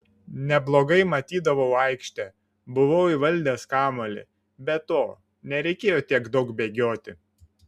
neblogai matydavau aikštę buvau įvaldęs kamuolį be to nereikėjo tiek daug bėgioti